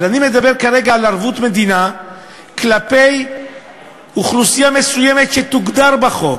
אבל אני מדבר כרגע על ערבות מדינה כלפי אוכלוסייה מסוימת שתוגדר בחוק,